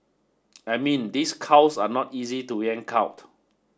I mean these cows are not easy to yank out